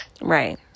Right